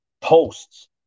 posts